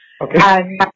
Okay